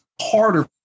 harder